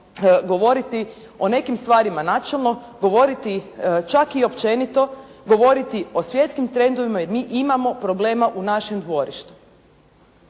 govoriti o nekim stvarima načelno, govoriti čak i općenito, govoriti o svjetskim trendovima, jer mi imamo problema u našem dvorištu.